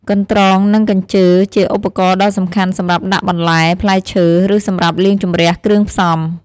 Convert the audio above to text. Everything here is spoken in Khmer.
កន្ត្រង និងកញ្ជើ ជាឧបករណ៍ដ៏សំខាន់សម្រាប់ដាក់បន្លែ ផ្លែឈើ ឬសម្រាប់លាងជម្រះគ្រឿងផ្សំ។